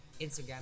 Instagram